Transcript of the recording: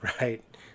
right